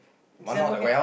December can or not